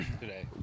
today